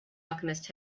alchemist